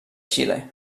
xile